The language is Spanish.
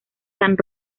san